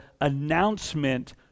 announcement